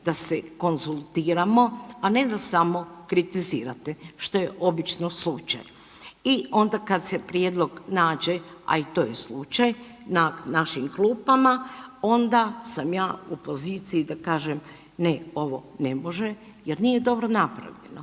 da se konzultiramo, a ne da samo kritizirate, što je obično slučaj i onda kad se prijedlog nađe, a i to je slučaj na našim klupama, onda sam ja u poziciji da kažem ne, ovo ne može jer nije dobro napravljeno,